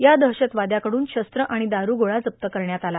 या दहशतवाद्याकडून शस्त्र आणि दारूगोळा जप्त करण्यात आला